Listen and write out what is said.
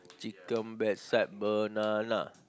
chicken backside banana